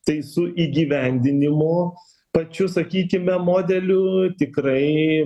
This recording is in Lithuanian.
tai su įgyvendinimu pačiu sakykime modeliu tikrai